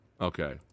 Okay